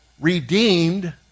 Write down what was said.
redeemed